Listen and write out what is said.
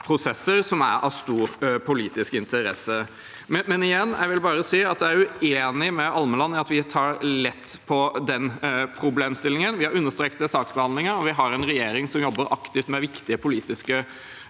prosesser, som er av stor politisk interesse. Igjen: Jeg vil bare si at jeg er uenig med Almeland i at vi tar lett på denne problemstillingen. Vi har understreket dette med saksbehandlingen, og vi har en regjering som jobber aktivt med viktige politiske